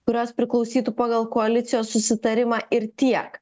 kurios priklausytų pagal koalicijos susitarimą ir tiek